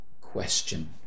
question